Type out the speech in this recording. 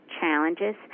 challenges